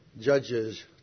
Judges